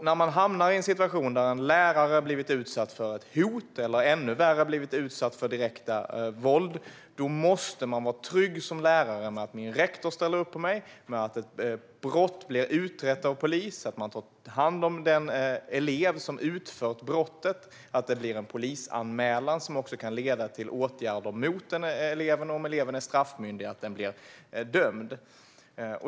När man hamnar i en situation där en lärare har blivit utsatt för ett hot eller, ännu värre, blivit utsatt för direkt våld måste man som lärare kunna vara trygg i att ens rektor ställer upp för en, att ett brott blir utrett av polis, att den elev som utfört brottet tas om hand och att det görs en polisanmälan som kan leda till åtgärder mot eleven och att en elev som är straffmyndig blir dömd.